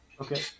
Okay